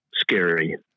scary